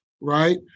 right